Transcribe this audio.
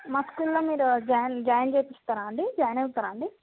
మా స్కూల్లో మీరు జాయిన్ జాయిన్ చెయ్యిస్తారా అండి జాయిన్ అవుతారా అండీ